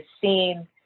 seen